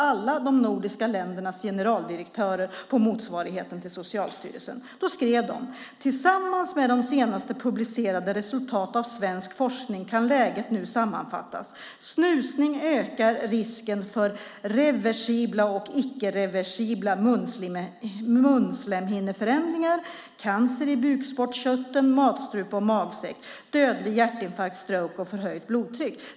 Alla de nordiska ländernas generaldirektörer på motsvarigheten till Socialstyrelsen skrev: "Tillsammans med senaste publicerade resultat av svensk forskning kan läget nu sammanfattas: Snusning ökar risken för reversibla och icke-reversibla munslemhinneförändringar, cancer i bukspottkörtel, matstrupe och magsäck, dödlig hjärtinfarkt, stroke och förhöjt blodtryck .